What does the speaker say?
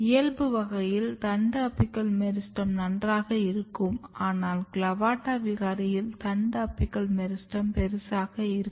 இயல்பு வகையில் தண்டு அபிக்கல் மெரிஸ்டெம் நன்றாக இருக்கும் ஆனால் CLAVATA விகாரியில் தண்டு அபிக்கல் மெரிஸ்டெம் பெருசாக இருக்கும்